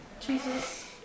Jesus